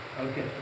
Okay